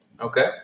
Okay